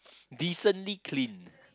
decently clean